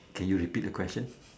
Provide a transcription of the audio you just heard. can you repeat the question